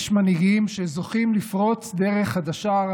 יש מנהיגים שזוכים לפרוץ דרך חדשה,